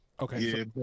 Okay